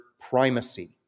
primacy